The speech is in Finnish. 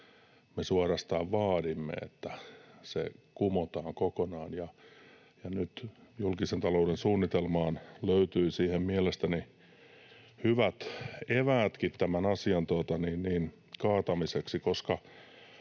me suorastaan vaadimme, että se kumotaan kokonaan. Nyt julkisen talouden suunnitelmaan löytyi mielestäni hyvät eväätkin tämän asian kaatamiseksi,